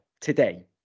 today